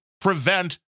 prevent